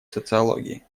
социологии